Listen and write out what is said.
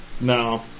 No